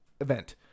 event